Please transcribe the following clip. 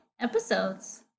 episodes